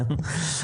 כן?